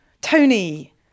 Tony